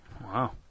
Wow